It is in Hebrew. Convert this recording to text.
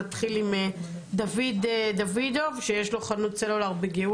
נתחיל עם דוד דוידוב שיש לו חנות סלולר בבני